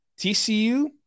TCU